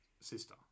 sister